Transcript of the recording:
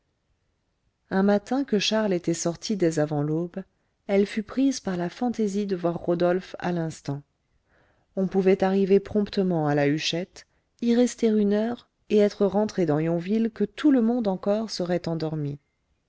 un matin que charles était sorti dès avant l'aube elle fut prise par la fantaisie de voir rodolphe à l'instant on pouvait arriver promptement à la huchette y rester une heure et être rentré dans yonville que tout le monde encore serait endormi